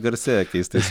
garsėja keistais